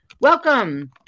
Welcome